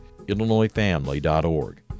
IllinoisFamily.org